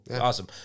Awesome